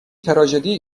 تراژدی